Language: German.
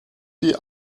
die